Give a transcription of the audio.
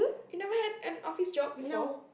you never had an office job before